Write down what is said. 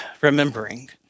remembering